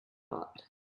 what